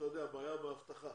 בעיה באבטחה.